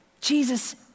Jesus